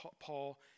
Paul